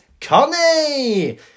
Connie